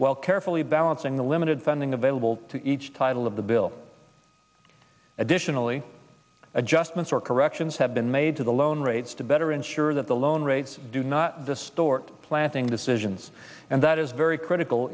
while carefully balancing the limited funding available to each title of the bill additionally adjustments or corrections have been made to the loan rates to better ensure that the loan rates do not distort planting decisions and that is very critical